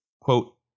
Quote